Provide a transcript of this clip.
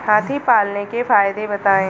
हाथी पालने के फायदे बताए?